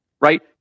right